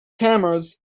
cameras